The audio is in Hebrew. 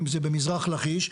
אם זה במזרח לכיש,